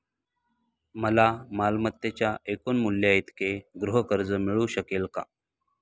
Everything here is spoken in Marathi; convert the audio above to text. मला मालमत्तेच्या एकूण मूल्याइतके गृहकर्ज मिळू शकेल का?